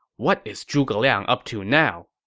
what is zhuge liang up to now?